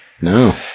No